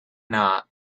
not